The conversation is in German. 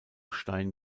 stein